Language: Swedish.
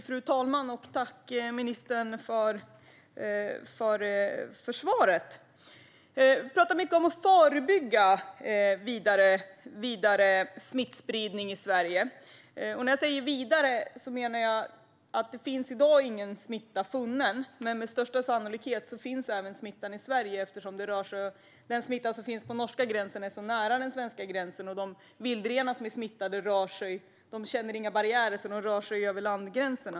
Fru talman! Tack, ministern, för svaret! Vi pratar mycket om att förebygga vidare smittspridning i Sverige. När jag säger vidare menar jag: I dag har man inte funnit någon smitta, men med största sannolikhet finns smittan även i Sverige eftersom den smitta som finns på norska sidan är så nära den svenska gränsen. De vildrenar som är smittade känner inga barriärer. Därför rör de sig över landsgränser.